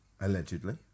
Allegedly